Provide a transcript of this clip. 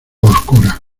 oscura